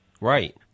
Right